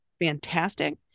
Fantastic